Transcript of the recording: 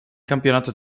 campionato